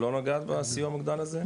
לא נגע בסיוע המוגדל הזה,